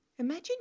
Imagine